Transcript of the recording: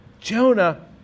Jonah